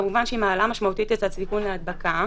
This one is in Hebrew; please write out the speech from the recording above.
כמובן שמעלה משמעותית את הסיכון להדבקה,